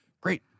great